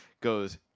goes